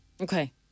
Okay